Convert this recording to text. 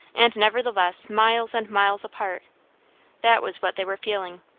and nevertheless miles and miles apart that was what they were feeling.